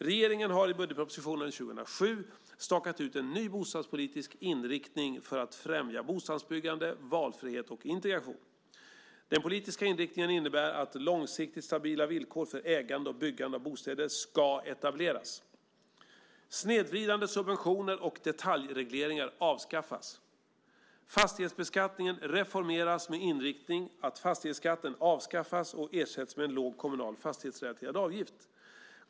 Regeringen har i budgetpropositionen för 2007 stakat ut en ny bostadspolitisk inriktning för att främja bostadsbyggande, valfrihet och integration. Den politiska inriktningen innebär att långsiktigt stabila villkor för ägande och byggande av bostäder ska etableras. Snedvridande subventioner och detaljregleringar avskaffas. Fastighetsbeskattningen reformeras med inriktning att fastighetsskatten avskaffas och ersätts med en låg kommunal fastighetsrelaterad avgift.